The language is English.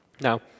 Now